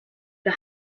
für